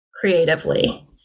creatively